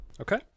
Okay